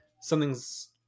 something's